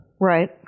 Right